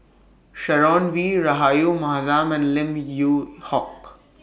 Sharon Wee Rahayu Mahzam and Lim Yew Hock